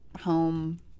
home